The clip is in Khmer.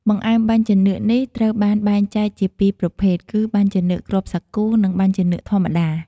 បង្អែមបាញ់ចានឿកនេះត្រូវបានបែកចែកជាពីរប្រភេទគឺ បាញ់ចានឿកគ្រាប់សាគូ និងបាញ់ចានឿកធម្មតា។